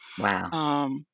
Wow